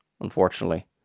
unfortunately